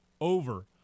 over